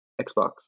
Xbox